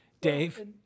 Dave